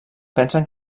pensen